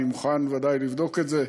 אני מוכן ודאי לבדוק את זה.